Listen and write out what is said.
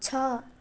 छ